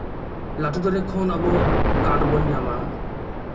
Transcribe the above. ᱞᱟᱹᱴᱩ ᱫᱟᱨᱮ ᱠᱷᱚᱱ ᱟᱵᱚ ᱠᱟᱴ ᱵᱚᱱ ᱧᱟᱢᱟ